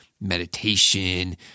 meditation